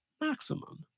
maximum